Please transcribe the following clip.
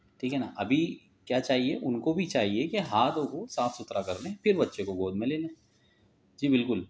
ٹھیک ہے نا ابھی کیا چاہیے ان کو بھی چاہیے کہ ہاتھوں کو صاف ستھرا کرلیں پھر بچے کو گود میں لے لیں جی بالکل